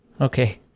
Okay